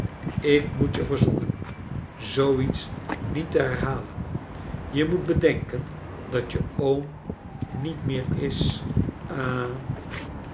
ik moet je verzoeken zoo iets niet te herhalen je moet bedenken dat je oom niet meer is ha